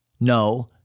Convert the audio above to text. No